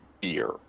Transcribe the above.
beer